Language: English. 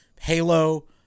Halo